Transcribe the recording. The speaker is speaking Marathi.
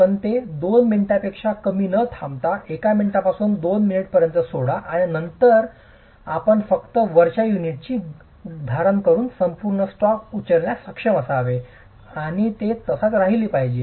आपण ते 2 मिनिटांपेक्षा कमी न थांबता 1 मिनिटापासून 2 पर्यंत सोडा आणि त्यानंतर आपण फक्त वरच्या युनिटची धारण करून संपूर्ण स्टॅक उचलण्यास सक्षम असावे आणि ते तसाच राहिले पाहिजे